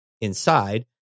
inside